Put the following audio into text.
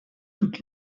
toutes